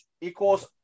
equals